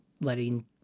Letting